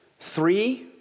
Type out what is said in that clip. Three